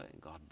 God